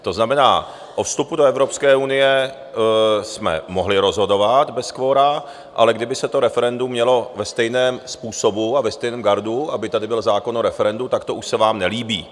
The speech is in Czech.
To znamená, o vstupu do Evropské unie jsme mohli rozhodovat bez kvora, ale kdyby se to referendum mělo ve stejném způsobu a ve stejném gardu, aby tady byl zákon o referendu, tak to už se vám nelíbí.